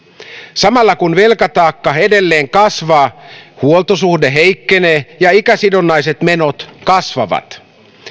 samalla kun velkataakka edelleen kasvaa huoltosuhde heikkenee ja ikäsidonnaiset menot kasvavat